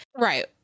Right